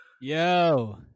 Yo